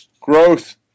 growth